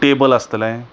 table आसतलें